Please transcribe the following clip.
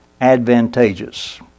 advantageous